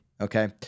okay